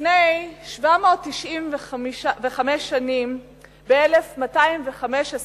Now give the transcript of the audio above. לפני 795 שנים, ב-1215,